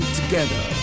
together